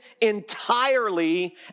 entirely